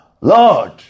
Lord